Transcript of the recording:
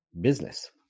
business